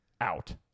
Out